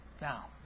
Now